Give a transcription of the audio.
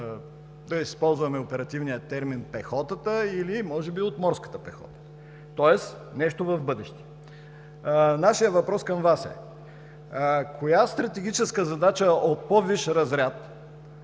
да използвам оперативният термин, или може от морската пехота, тоест нещо в бъдеще. Нашият въпрос към Вас е: коя стратегическа задача от по-висш разряд,